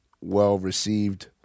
well-received